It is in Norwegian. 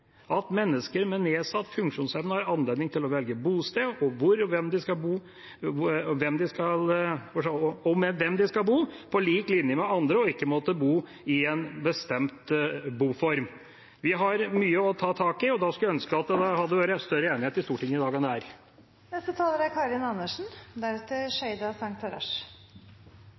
«at mennesker med nedsatt funksjonsevne har anledning til å velge bosted, og hvor og med hvem de skal bo, på lik linje med andre, og ikke må bo i en bestemt boform» Vi har mye å ta tak i, og da skulle jeg ønske at det hadde vært større enighet i Stortinget i dag enn det er.